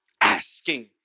asking